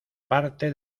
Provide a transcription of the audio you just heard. parte